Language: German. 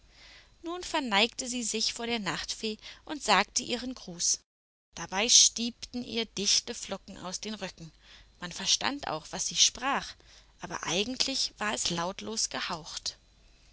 nun verneigte sie sich vor der nachtfee und sagte ihren gruß dabei stiebten ihr dichte flocken aus den röcken man verstand auch was sie sprach aber eigentlich war es lautlos gehaucht